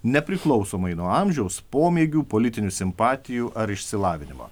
nepriklausomai nuo amžiaus pomėgių politinių simpatijų ar išsilavinimo